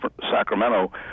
Sacramento